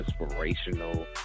inspirational